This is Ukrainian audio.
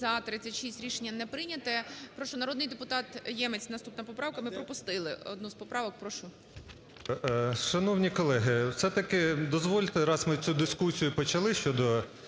За-36 Рішення не прийнято. Прошу, народний депутат Ємець, наступна поправка. Ми пропустили одну з поправок. Прошу. 11:40:32 ЄМЕЦЬ Л.О. Шановні колеги, все-таки дозвольте, раз ми цю дискусію почали щодо